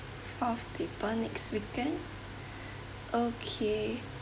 four people next weekend okay